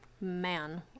man